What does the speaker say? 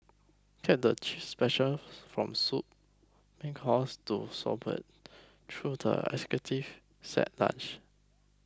get the specials from soup main course to sorbets through the executive set lunch